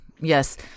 Yes